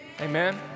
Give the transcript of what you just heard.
Amen